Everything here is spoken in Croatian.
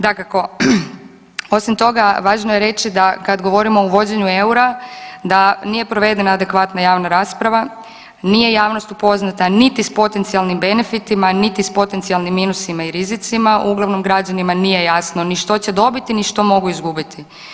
Dakako, osim toga, važno je reći da, kad govorimo o uvođenju eura, da nije provedena adekvatna javna rasprava, nije javnost upoznata niti s potencijalnim benefitima niti s potencijalnim minusima i rizicima, uglavnom građanima nije jasno ni što će dobiti ni što mogu izgubiti.